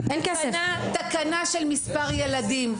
תקנה של מספר ילדים,